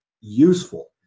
useful